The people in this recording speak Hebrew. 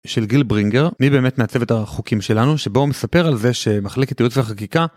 של גיל ברינגר, מי באמת מעצב את החוקים שלנו, שבו מספר על זה שמחלקת יעוץ וחקיקה.